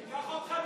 ניקח אותך לבג"ץ.